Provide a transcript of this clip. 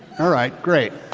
all right, great.